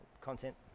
content